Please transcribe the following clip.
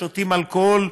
השותים אלכוהול,